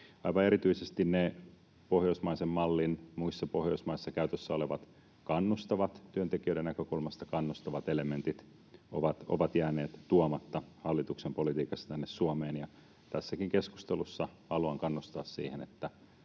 Aivan erityisesti ne pohjoismaisen mallin — muissa Pohjoismaissa käytössä olevat — työntekijöiden näkökulmasta kannustavat elementit ovat hallituksen politiikassa jääneet tuomatta tänne Suomeen. Tässäkin keskustelussa haluan kannustaa siihen,